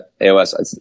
AOS